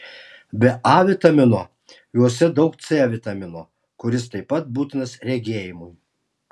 be a vitamino juose daug c vitamino kuris taip pat būtinas regėjimui